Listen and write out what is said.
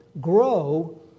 grow